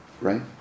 Right